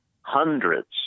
hundreds